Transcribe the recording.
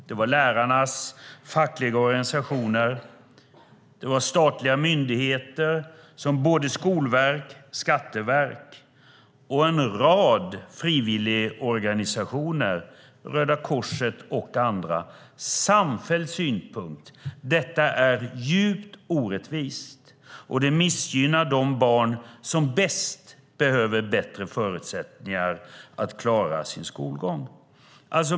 Det var lärarnas fackliga organisationer, statliga myndigheter som både skolverk och skatteverk och en rad frivilligorganisationer - Röda Korset och andra - som uttryckte den samfällda synpunkten att detta är djupt orättvist och missgynnar de barn som bäst behöver bättre förutsättningar att klara sin skolgång.